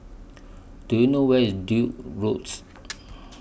Do YOU know Where IS Duke's Roads